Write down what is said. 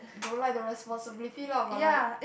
don't like the responsibility lah but like